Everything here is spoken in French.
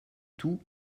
tout